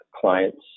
clients